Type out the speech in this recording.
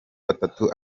batatu